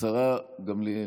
השרה גמליאל,